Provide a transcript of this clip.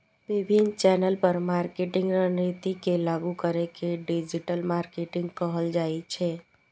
विभिन्न चैनल पर मार्केटिंग रणनीति के लागू करै के डिजिटल मार्केटिंग कहल जाइ छै